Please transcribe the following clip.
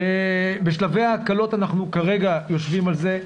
בשלבי ההקלות אנחנו כרגע יושבים על זה,